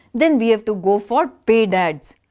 then we have to go for paid ads.